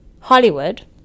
Hollywood